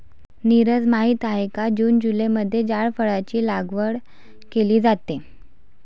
नीरज माहित आहे का जून जुलैमध्ये जायफळाची लागवड केली जाते